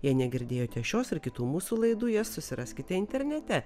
jei negirdėjote šios ir kitų mūsų laidų jas susiraskite internete